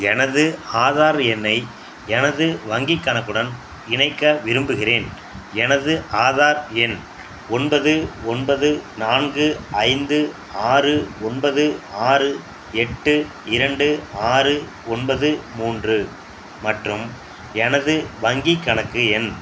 எனது ஆதார் எண்ணை எனது வங்கிக் கணக்குடன் இணைக்க விரும்புகிறேன் எனது ஆதார் எண் ஒன்பது ஒன்பது நான்கு ஐந்து ஆறு ஒன்பது ஆறு எட்டு இரண்டு ஆறு ஒன்பது மூன்று மற்றும் எனது வங்கிக் கணக்கு எண்